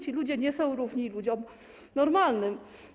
Ci ludzie nie są równi ludziom normalnym.